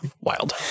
wild